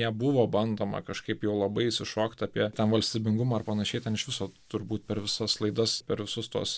nebuvo bandoma kažkaip jau labai išsišokt apie tą valstybingumą ar panašiai ten iš viso turbūt per visas laidas per visus tuos